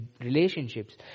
relationships